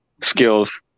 skills